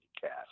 cast